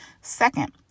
second